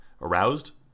aroused